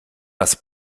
das